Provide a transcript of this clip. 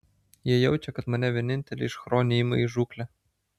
jie jaučia kad mane vienintelį iš chronių ima į žūklę